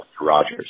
Rogers